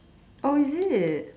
oh is it